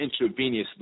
intravenously